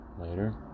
later